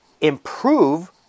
improve